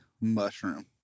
mushroom